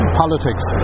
politics